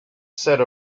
set